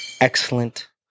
excellent